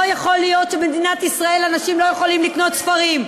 לא יכול להיות שבמדינת ישראל אנשים לא יכולים לקנות ספרים.